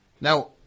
Now